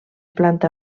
planta